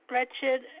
Wretched